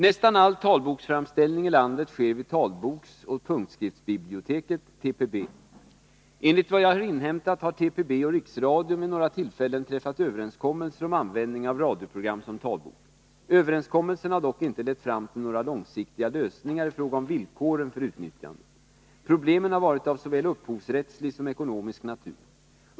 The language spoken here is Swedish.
Nästan all talboksframställning i landet sker vid talboksoch punktskriftsbiblioteket . Enligt vad jag har inhämtat har TPB och Riksradion vid några tillfällen träffat överenskommelser om användning av radioprogram som talbok. Överenskommelserna har dock inte lett fram till några långsiktiga lösningar i fråga om villkoren för utnyttjandet. Problemen har varit av såväl upphovsrättslig som ekonomisk natur.